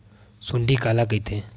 सुंडी काला कइथे?